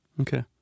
Okay